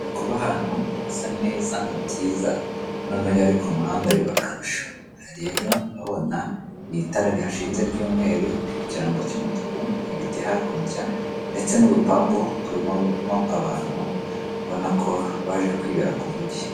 Kuba ahantu hasa neza ni byiza noneho ariko umuhanda biba akarusho, hari rero ubona n'i itara rihashizeze ry'umweru ririho ikirango cy'umutuku, ibiti hakurya ndetse n'urupangu rurimo abantu ubona ko baje kwibera k'umujyi.